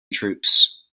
troops